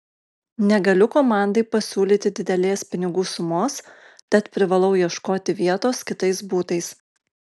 negaliu komandai pasiūlyti didelės pinigų sumos tad privalau ieškoti vietos kitais būdais